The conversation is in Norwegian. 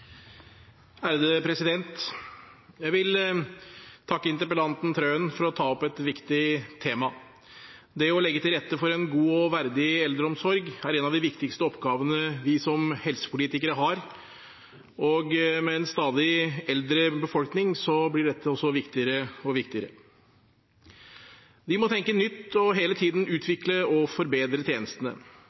pasientens helsetjeneste. Jeg vil takke interpellanten Wilhelmsen Trøen for å ta opp et viktig tema. Det å legge til rette for en god og verdig eldreomsorg er en av de viktigste oppgavene vi som helsepolitikere har, og med en stadig eldre befolkning blir dette også viktigere og viktigere. Vi må tenke nytt og hele tiden utvikle og forbedre tjenestene.